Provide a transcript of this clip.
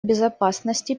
безопасности